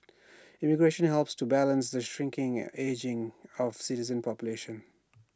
immigration helps to balance the shrinking and ageing of citizen population